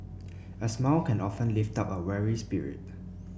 a smile can often lift up a weary spirit